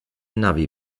navi